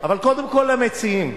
אבל קודם כול, למציעים,